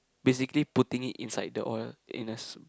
basically putting it inside the oil in a s~